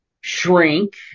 shrink